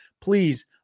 please